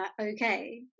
okay